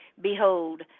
behold